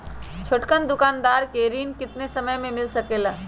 छोटकन दुकानदार के ऋण कितने समय मे मिल सकेला?